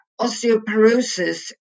osteoporosis